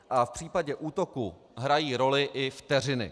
A v případě útoku hrají roli i vteřiny.